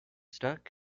stuck